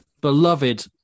beloved